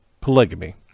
polygamy